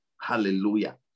Hallelujah